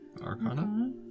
Arcana